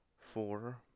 four